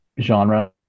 genre